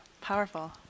powerful